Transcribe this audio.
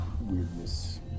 weirdness